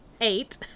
eight